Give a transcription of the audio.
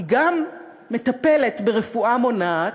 היא גם מטפלת ברפואה מונעת,